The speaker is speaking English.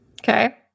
Okay